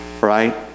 Right